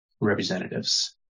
representatives